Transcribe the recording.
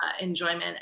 enjoyment